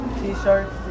t-shirts